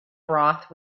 broth